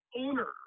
owner